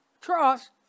trust